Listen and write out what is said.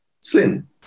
sin